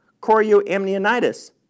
chorioamnionitis